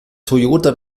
toyota